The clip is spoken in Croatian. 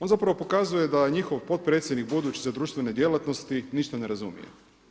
On zapravo pokazuje da njihov potpredsjednik budući za društvene djelatnosti ništa ne razumije.